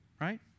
right